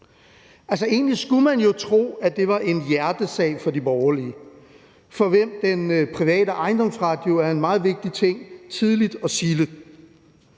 egentlig skulle man jo tro, at det var en hjertesag for de borgerlige, for hvem den private ejendomsret er en meget vigtig ting tidligt og silde.